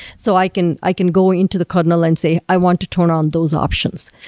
so i can i can go into the kernel and say, i want to turn on those options,